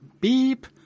beep